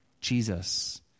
Jesus